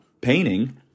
painting